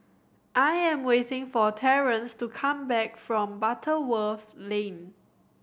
I am waiting for Terance to come back from Butterworth Lane